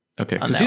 Okay